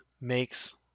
makes